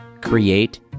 create